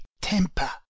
temper